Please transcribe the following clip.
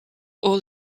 all